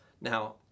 Now